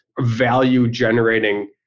value-generating